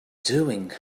doing